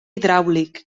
hidràulic